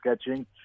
sketching